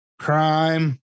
crime